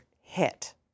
hit